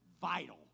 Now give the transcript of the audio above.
vital